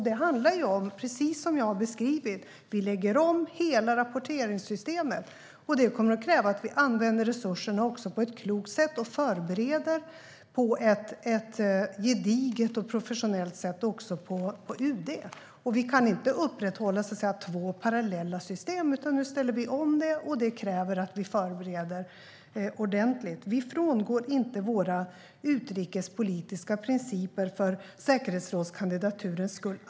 Det handlar om, precis som jag har beskrivit, att vi lägger om hela rapporteringssystemet. Det kommer att kräva att vi använder resurserna på ett klokt sätt och förbereder på ett gediget och professionellt sätt också på UD. Vi kan inte upprätthålla så att säga två parallella system, utan nu ställer vi om detta. Det kräver att vi förbereder ordentligt. Vi frångår inte våra utrikespolitiska principer för säkerhetsrådskandidaturens skull.